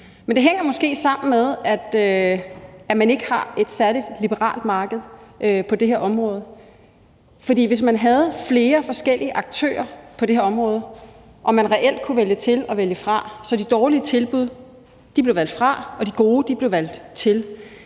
Men det hænger måske sammen med, at der ikke er et særlig liberalt marked på det her område, for hvis der var flere forskellige aktører på det her område og man reelt kunne vælge til og vælge fra, så de dårlige tilbud blev valgt